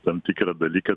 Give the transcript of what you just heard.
tam tikrą dalyką